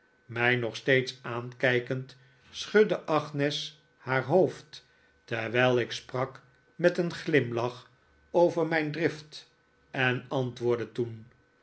mij nog steeds aankijkend schudde agnes haar hoofd terwijl ik sprak met een glimlach over mijn drift en antwoordde toen